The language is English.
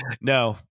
no